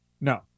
No